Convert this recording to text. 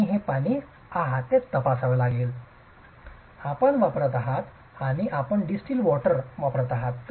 आपण जे पाणी आहात ते तपासा आपण वापरत आहात आणि आपण डिस्टिल्ड वॉटर वापरत आहात